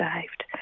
saved